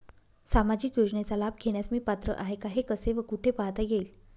सामाजिक योजनेचा लाभ घेण्यास मी पात्र आहे का हे कसे व कुठे पाहता येईल?